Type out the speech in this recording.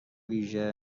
ویژه